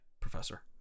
professor